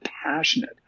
passionate